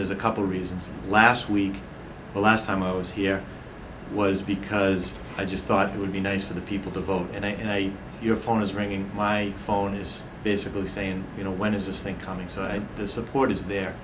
there's a couple reasons last week the last time i was here was because i just thought it would be nice for the people to vote and i your phone is ringing my phone is basically saying you know when is this thing coming so i the support is the